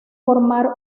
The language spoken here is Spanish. formar